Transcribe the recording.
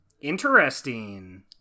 interesting